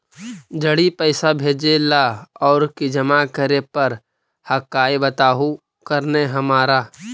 जड़ी पैसा भेजे ला और की जमा करे पर हक्काई बताहु करने हमारा?